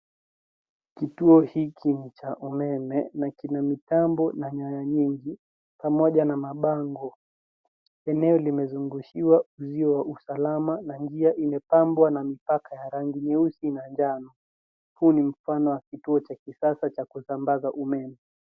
Kituo hiki ni cha umeme na kina mitambo na nyaya nyingi, pamoja na mabango. Eneo limezungushiwa uzio wa usalama, na njia imepambwa na mipaka ya rangi nyeusi na njano. Huu ni mfano wa kituo cha kisasa cha kusambaza umeme.